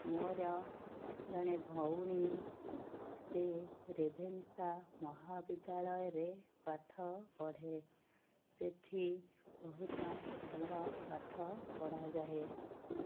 ମୋର ଜଣେ ଭଉଣୀ ସେ ରେଭେନ୍ସା ମହାବିଦ୍ୟାଳୟରେ ପାଠ ପଢ଼େ ସେଇଠି ବହୁତ ଭଲ ପାଠ ପଢ଼ାଯାଏ